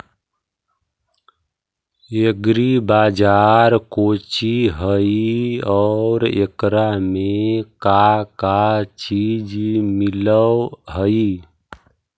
Agri Bazaar कोची हई और एकरा में का का चीज मिलै हई?